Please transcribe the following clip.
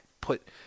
put